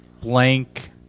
blank